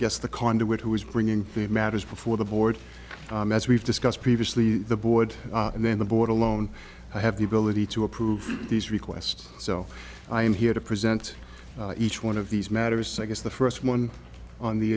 guess the conduit who is bringing these matters before the board as we've discussed previously the board and then the board alone i have the ability to approve these requests so i am here to present each one of these matters such as the first one on the